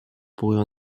pourrait